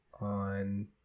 on